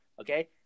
okay